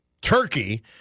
Turkey